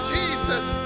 Jesus